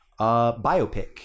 biopic